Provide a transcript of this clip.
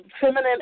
Feminine